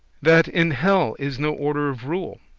that in hell is no order of rule.